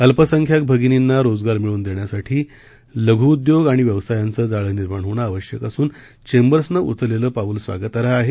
अल्पसंख्याक भगिनींना रोजगार मिळवून देण्यासाठी लघ्उदयोग आणि व्यवसायांचं जाळे निर्माण होण आवश्यक असून चेंबर्सने उचललेलं पाऊल स्वागतार्ह आहे